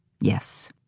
Yes